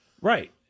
Right